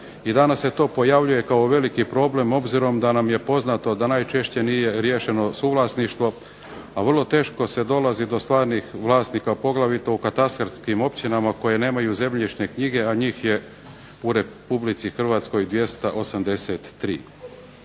danas se to pojavljuje kao veliki problem obzirom da nam je poznato da najčešće nije riješeno suvlasništvo a vrlo teško se dolazi do stvarnih vlasnika poglavito u katastarskim općinama koje nemaju zemljišne knjige a njih je u Hrvatskoj 283.